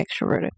extroverted